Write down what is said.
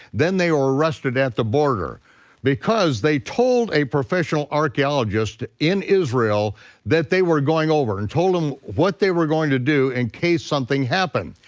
then they were arrested at the border because they told a professional archaeologist in israel that they were going over and told him what they were going to do in case something happened.